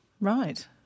Right